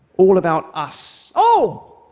all about us. oh!